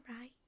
right